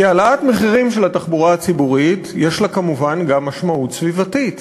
כי העלאת המחירים של התחבורה הציבורית יש לה כמובן גם משמעות סביבתית.